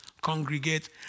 congregate